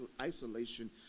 isolation